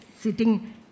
sitting